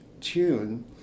tune